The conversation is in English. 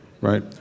right